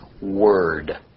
word